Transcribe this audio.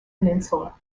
peninsula